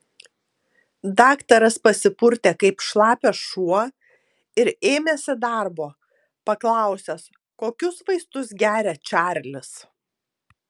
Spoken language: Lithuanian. daktaras pasipurtė kaip šlapias šuo ir ėmėsi darbo paklausęs kokius vaistus geria čarlis